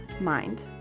Mind